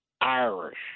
Irish